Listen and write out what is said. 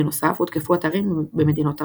בנוסף, הותקפו אתרים במדינות ערב.